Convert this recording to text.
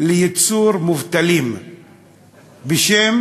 לייצור מובטלים בשם